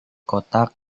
kotak